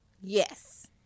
Yes